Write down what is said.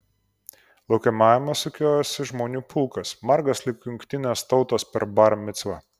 laukiamajame sukiojosi žmonių pulkas margas lyg jungtinės tautos per bar micvą